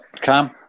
Cam